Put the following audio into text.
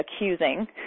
accusing